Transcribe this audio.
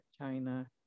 China